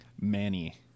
Manny